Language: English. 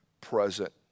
present